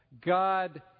God